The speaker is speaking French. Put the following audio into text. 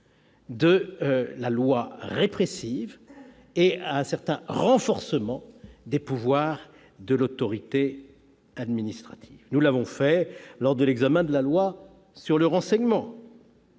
de la loi répressive et à un certain renforcement des pouvoirs de l'autorité administrative. Nous l'avons fait lors de l'examen de la loi sur le renseignement.